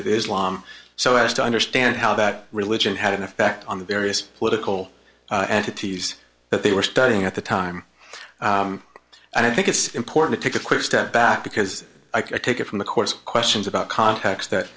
of islam so as to understand how that religion had an effect on the various political entities that they were studying at the time and i think it's important to take a quick step back because i take it from the course of questions about context that